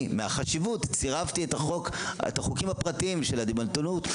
מעניין אותנו מצב הרופאים במדינת ישראל ואיך אנחנו משפרים.